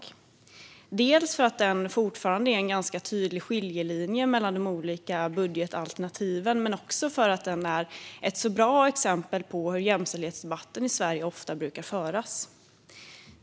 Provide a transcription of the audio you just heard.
Det tänkte jag göra dels för att det fortfarande är en ganska tydlig skiljelinje mellan de olika budgetalternativen, dels för att den är ett bra exempel på hur jämställdhetsdebatten i Sverige ofta brukar föras.